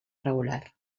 regular